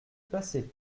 passez